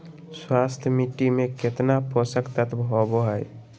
स्वस्थ मिट्टी में केतना पोषक तत्त्व होबो हइ?